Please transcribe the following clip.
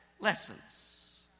lessons